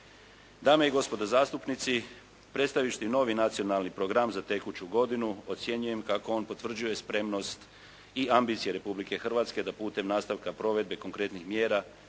Dame i gospodo zastupnici, predstavivši novi Nacionalni program za tekuću godinu ocjenjujem kako on potvrđuje spremnost i ambicije Republike Hrvatske da putem nastavka provedbe konkretnih mjera